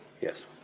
Yes